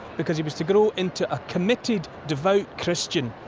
because he was to grow into a committed, devout christian,